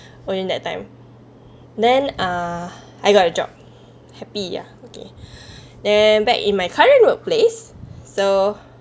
or in that time then ah I got a job happy ya okay then back in my current workplace so